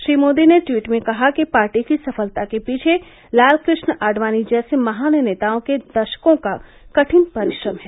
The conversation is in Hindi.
श्री मोदी ने ट्वीट में कहा कि पार्टी की सफलता के पीछे लालकुष्ण आडवाणी जैसे महान नेताओं के दशकों का कठिन परिश्रम है